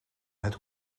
het